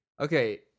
Okay